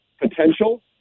potential